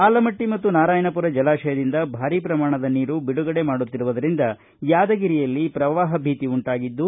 ಆಲಮಟ್ಟ ಮತ್ತು ನಾರಾಯಣಪುರ ಜಲಾಶಯದಿಂದ ಭಾರಿ ಪ್ರಮಾಣದ ನೀರು ಬಿಡುಗಡೆ ಮಾಡುತ್ತಿರುವುದರಿಂದ ಯಾದಗಿರಿಯಲ್ಲಿ ಪ್ರವಾಹ ಭೀತಿ ಉಂಟಾಗಿದ್ದು